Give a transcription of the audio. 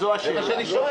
נמצא?